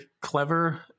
clever